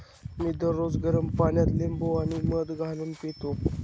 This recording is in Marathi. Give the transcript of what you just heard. मी दररोज गरम पाण्यात लिंबू आणि मध घालून पितो